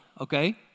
okay